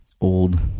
Old